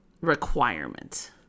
requirement